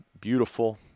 beautiful